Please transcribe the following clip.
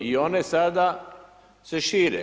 I one sada se šire.